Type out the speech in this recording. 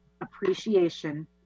appreciation